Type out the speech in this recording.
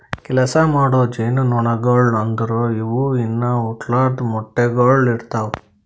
ಕೆಲಸ ಮಾಡೋ ಜೇನುನೊಣಗೊಳು ಅಂದುರ್ ಇವು ಇನಾ ಹುಟ್ಲಾರ್ದು ಮೊಟ್ಟೆಗೊಳ್ ಇಡ್ತಾವ್